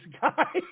guy